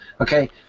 Okay